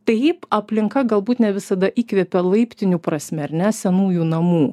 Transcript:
taip aplinka galbūt ne visada įkvepia laiptinių prasme ar ne senųjų namų